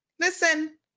Listen